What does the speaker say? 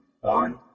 one